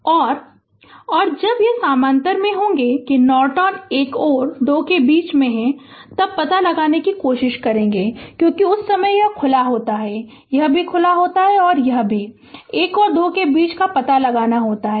और और जब यह समानांतर में होगा कि नॉर्टन एक और दो के बीच में तब पता लगाने की कोशिश करेंगे क्योंकि उस समय यह खुला होता है यह भी खुला होता है और यह भी 1 और 2 के बीच का पता लगाना होता है